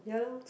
ya l[oh]